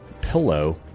pillow